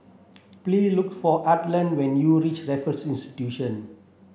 please look for Arland when you reach Raffles Institution